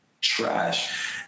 trash